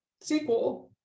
sequel